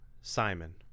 Simon